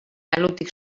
alutik